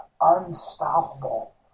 unstoppable